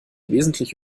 wesentlich